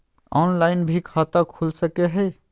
Online भी खाता खूल सके हय?